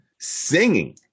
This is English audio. singing